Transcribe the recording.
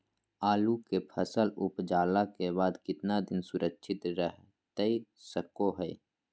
आलू के फसल उपजला के बाद कितना दिन सुरक्षित रहतई सको हय?